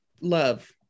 love